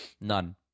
none